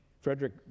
Frederick